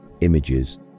images